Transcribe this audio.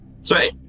Sweet